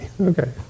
okay